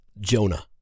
jonah